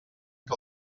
que